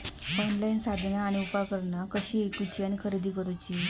Online साधना आणि उपकरणा कशी ईकूची आणि खरेदी करुची?